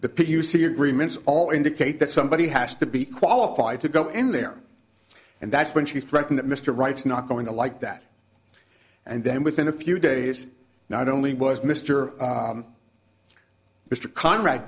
the p u c agreements all indicate that somebody has to be qualified to go in there and that's when she threatened mr wright's not going to like that and then within a few days not only was mister mr conrad